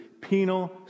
penal